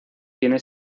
tiene